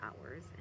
hours